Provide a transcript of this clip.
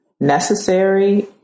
necessary